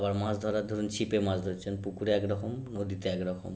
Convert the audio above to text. আবার মাছ ধরার ধরুন ছিপে মাছ ধরছেন পুকুরে এক রকম নদীতে এক রকম